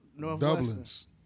Dublins